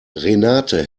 renate